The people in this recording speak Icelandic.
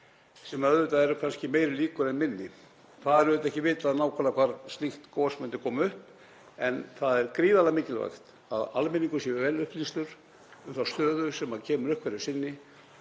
svæðinu, sem kannski eru meiri líkur á en minni. Það er auðvitað ekki vitað nákvæmlega hvar slíkt gos myndi koma upp en það er gríðarlega mikilvægt að almenningur sé vel upplýstur um þá stöðu sem kemur upp hverju sinni